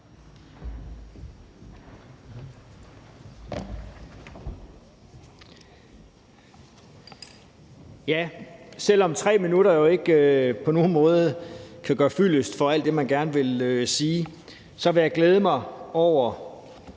jo ikke på nogen måde kan gøre fyldest med alt det, man gerne vil sige, vil jeg glæde mig over